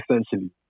essentially